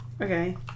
Okay